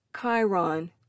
Chiron